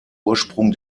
ursprung